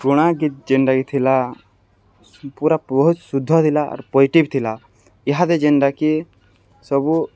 ପୁରୁଣା ଗୀତ୍ ଯେନ୍ଟାକି ଥିଲା ପୁରା ବହୁତ୍ ଶୁଦ୍ଧ ଥିଲା ଆର୍ ପୋଜିଟିଭ୍ ଥିଲା ଇହାଦେ ଯେନ୍ଟାକି ସବୁ